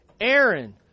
Aaron